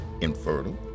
infertile